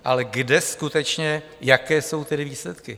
Ale kde skutečně, jaké jsou tedy výsledky?